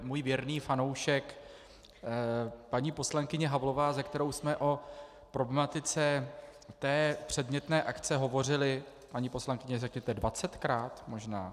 Můj věrný fanoušek, paní poslankyně Havlová, se kterou jsme o problematice té předmětné akce hovořili paní poslankyně, řekněte, dvacetkrát možná?